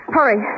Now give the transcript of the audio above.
Hurry